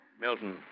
Milton